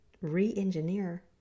re-engineer